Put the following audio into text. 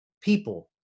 people